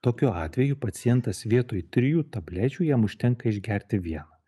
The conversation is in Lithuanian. tokiu atveju pacientas vietoj trijų tablečių jam užtenka išgerti vieną